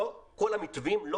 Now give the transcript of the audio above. כל המתווים לא